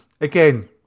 again